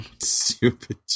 Stupid